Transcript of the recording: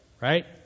right